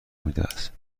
میدهد